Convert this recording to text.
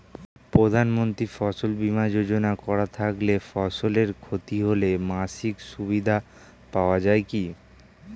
প্রধানমন্ত্রী ফসল বীমা যোজনা করা থাকলে ফসলের ক্ষতি হলে মাসিক সুবিধা পাওয়া য়ায় কি?